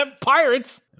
pirates